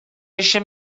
eisiau